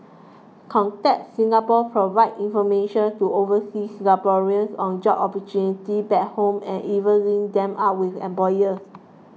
contact Singapore provides information to overseas Singaporeans on job opportunities back home and even links them up with employers